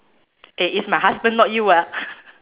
eh is my husband not you ah